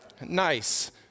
nice